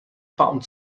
pound